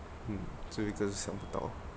最后一个想不到